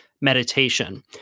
meditation